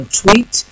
tweet